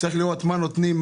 צריך לראות מה נותנים,